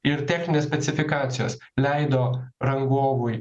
ir techninės specifikacijos leido rangovui